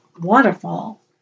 waterfall